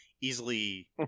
easily